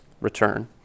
return